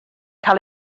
cael